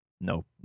nope